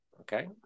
Okay